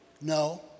No